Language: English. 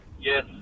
Yes